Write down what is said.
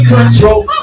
control